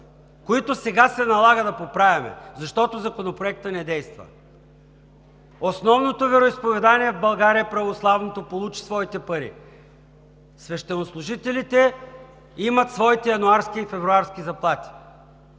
които сега се налага да поправяме, защото Законопроектът не действа. Основното вероизповедание в България – православното, получи своите пари, свещенослужителите имат своите януарски и февруарски заплати,